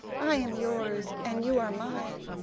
i am yours and you are mine.